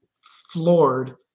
floored